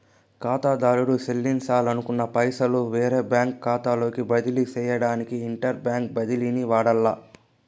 కాతాదారుడు సెల్లించాలనుకున్న పైసలు వేరే బ్యాంకు కాతాలోకి బదిలీ సేయడానికి ఇంటర్ బ్యాంకు బదిలీని వాడాల్ల